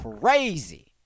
crazy